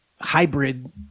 hybrid